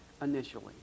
initially